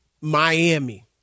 Miami